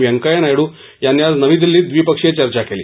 वंकैय्या नायडू यांनी आज नवी दिल्लीत द्विपक्षीय चर्चा केली